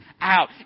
out